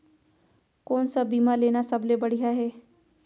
कोन स बीमा लेना सबले बढ़िया हे?